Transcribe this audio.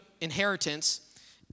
inheritance